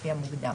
לפי המוקדם"."